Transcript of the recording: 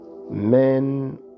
Men